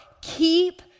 Keep